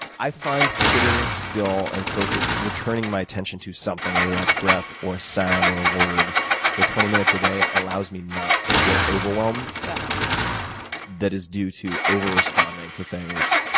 i find sitting still and focus, returning my attention to something whether that's a breath or a sound or a word for twenty minutes a day allows me not to feel overwhelm yeah that is due to over responding to things,